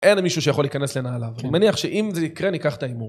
אין למישהו שיכול להיכנס לנעליו, אני מניח שאם זה יקרה ניקח את ההימור.